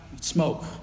smoke